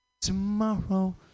Tomorrow